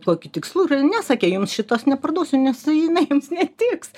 kokiu tikslu yra ne sakė jums šitos neparduosiu nes jinai jums netiks